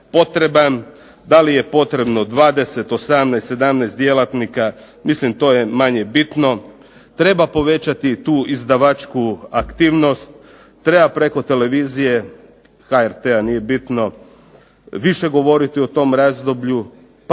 Da li je potrebno 20, 18, 17 djelatnika. Mislim to je manje bitno. Treba povećati tu izdavačku aktivnost, treba preko televizije HRT-a nije bitno više govoriti o tom razdoblju,